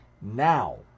now